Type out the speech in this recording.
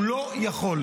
הוא לא יכול,